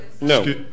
No